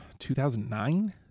2009